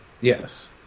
Yes